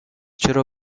چرا